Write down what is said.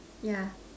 yeah